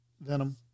venom